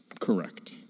Correct